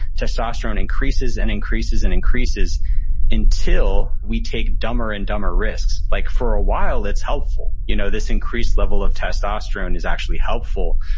testosterone increases and increases and increases until we take dumber and dumber risks like for a while, it's helpful, you know this increased level of testosterone is actually helpful.